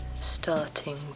starting